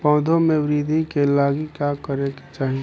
पौधों की वृद्धि के लागी का करे के चाहीं?